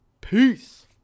Peace